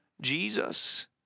Jesus